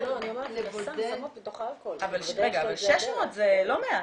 אבל 600 זה לא מעט,